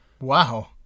Wow